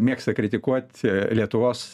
mėgsta kritikuot lietuvos